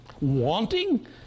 wanting